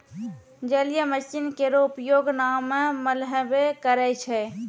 जलीय मसीन केरो उपयोग नाव म मल्हबे करै छै?